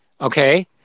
okay